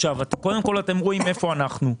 קודם כול, אתם רואים איפה אנחנו.